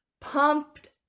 pumped